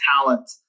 talent